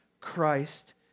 Christ